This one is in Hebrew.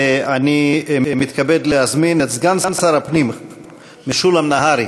אני מתכבד להזמין את סגן שר הפנים משולם נהרי